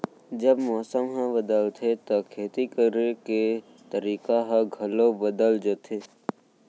जब मौसम ह बदलथे त खेती करे के तरीका ह घलो बदल जथे?